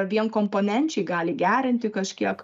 vienkomponenčiai gali gerinti kažkiek